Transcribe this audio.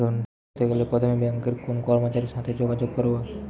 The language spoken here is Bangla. লোন করতে গেলে প্রথমে ব্যাঙ্কের কোন কর্মচারীর সাথে যোগাযোগ করব?